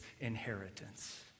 inheritance